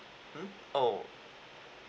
mm oh